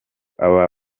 aba